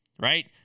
right